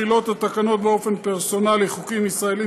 התקנות מחילות באופן פרסונלי חוקים ישראליים